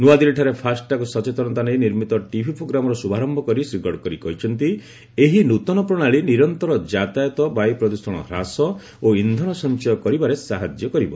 ନୂଆଦିଲ୍ଲୀଠାରେ ଫାସ୍ଟ୍ୟାଗ୍ ସଚେତନତା ନେଇ ନିର୍ମିତ ଟିଭି ପ୍ରୋଗ୍ରାମର ଶୁଭାରମ୍ଭ କରି ଶ୍ରୀ ଗଡ଼କରୀ କହିଛନ୍ତି ଏହି ନୂତନ ପ୍ରଣାଳୀ ନିରନ୍ତର ଯାତାୟତ ବାୟୁ ପ୍ରଦୂଷଣ ହ୍ରାସ ଓ ଇନ୍ଧନ ସଂଚୟ କରିବାରେ ସାହାଯ୍ୟ କରିବ